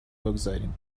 بگذاریم